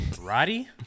Roddy